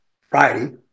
Friday